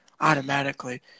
automatically